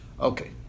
Okay